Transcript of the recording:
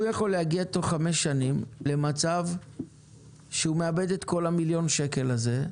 הוא יכול להגיע תוך חמש שנים למצב שהוא מאבד את כל המיליון שקל הזה,